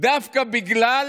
דווקא בגלל